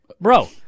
Bro